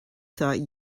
thought